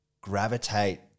gravitate